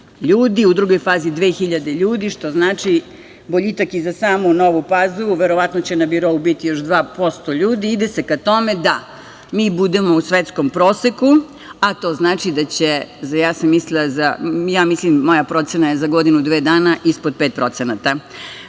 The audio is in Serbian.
ljudi, u drugoj 2000 ljudi, što znači boljitak i za samu Novu Pazovu. Verovatno će na birou biti još 2% ljudi. Ide se ka tome da mi budemo u svetskom proseku, a to znači da će, ja mislim, moja procena je za godinu, dve dana ispod 5%.Hvala